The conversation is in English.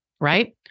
right